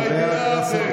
אתה מלך הספינים.